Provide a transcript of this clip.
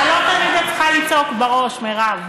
אבל לא תמיד את צריכה לצעוק בראש, מירב.